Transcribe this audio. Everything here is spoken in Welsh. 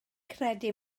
credu